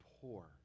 poor